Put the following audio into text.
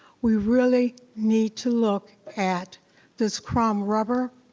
we really need to look at this chrome rubber,